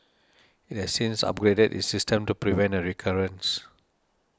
it has since upgraded its system to prevent a recurrence